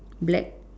black